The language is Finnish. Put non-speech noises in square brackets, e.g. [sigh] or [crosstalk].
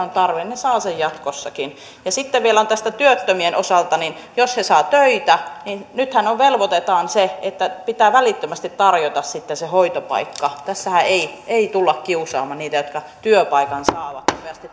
[unintelligible] on tarve saavat sen jatkossakin sitten vielä työttömien osalta jos he saavat töitä niin nythän velvoitetaan siihen että pitää välittömästi tarjota se hoitopaikka tässähän ei ei tulla kiusaamaan niitä jotka työpaikan saavat